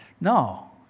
No